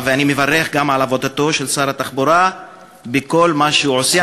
ואני מברך גם על עבודתו של שר התחבורה בכל מה שהוא עושה.